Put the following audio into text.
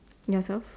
yourself